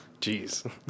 Jeez